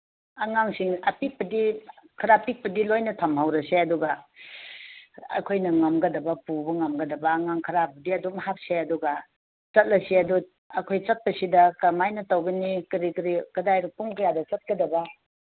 ꯑꯉꯥꯡꯁꯤꯡ ꯑꯄꯤꯛꯄꯗꯤ ꯈꯔ ꯄꯤꯛꯄꯗꯤ ꯂꯣꯏꯅ ꯊꯝꯍꯧꯔꯁꯦ ꯑꯗꯨꯒ ꯑꯩꯈꯣꯏꯅ ꯉꯝꯒꯗꯕ ꯄꯨꯕ ꯉꯝꯒꯗꯕ ꯑꯉꯥꯡ ꯈꯔꯗꯤ ꯑꯗꯨꯝ ꯍꯥꯞꯁꯦ ꯆꯠꯂꯁꯦ ꯑꯗꯨ ꯑꯩꯈꯣꯏ ꯆꯠꯄꯁꯤꯗ ꯀꯔꯃꯥꯏꯅ ꯇꯧꯒꯅꯤ ꯀꯔꯤ ꯀꯔꯤ ꯀꯗꯥꯏꯗ ꯄꯨꯡ ꯀꯌꯥꯗ ꯆꯠꯀꯗꯕ